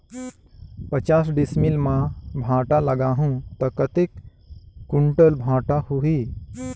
पचास डिसमिल मां भांटा लगाहूं ता कतेक कुंटल भांटा होही?